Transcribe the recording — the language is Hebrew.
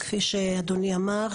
כפי שאדוני אמר,